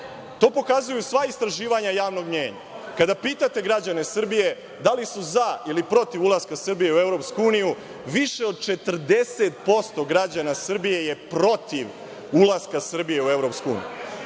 To pokazuju sva istraživanja javnog mnjenja. Kada pitate građane Srbije da li su za ili protiv ulaska Srbije u EU, više od 40% građana Srbije je protiv ulaska Srbije u EU,